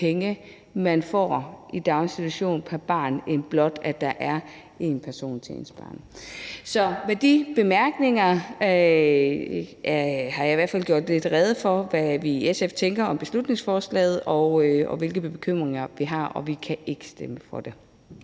penge, man får i daginstitution pr. barn, end at der blot er en person til ens barn. Så med de bemærkninger har jeg i hvert fald gjort lidt rede for, hvad vi i SF tænker om beslutningsforslaget, og hvilke bekymringer vi har, og vi kan ikke stemme for det.